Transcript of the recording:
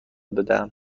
بدهم